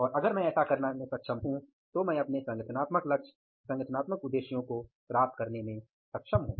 और अगर मैं ऐसा करने में सक्षम हूँ तो मैं अपने संगठनात्मक लक्ष्य संगठनात्मक उद्देश्य को प्राप्त करने में सक्षम हूँ